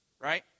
Right